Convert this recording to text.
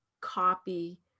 copy